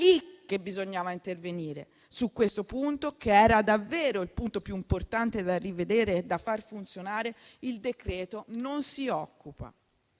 lì che bisognava intervenire, ma di questo, che era davvero il punto più importante da rivedere e da far funzionare, il decreto-legge non si occupa.